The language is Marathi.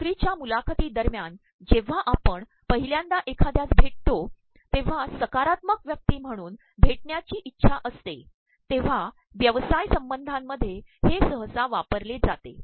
नोकरीच्या मुलाखती दरम्यान जेव्हा आपण पद्रहल्यांदा एखाद्यास भेितो तेव्हा सकारात्मक व्यक्ती म्हणून भेिण्याची इच्छा असते तेव्हा व्यवसाय संबंधामध्ये हे सहसा वापरले जाते